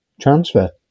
transfer